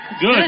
good